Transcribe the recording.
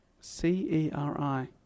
C-E-R-I